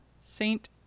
saint